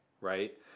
right